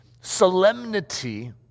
solemnity